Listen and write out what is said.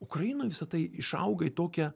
ukrainoj visa tai išaugai į tokią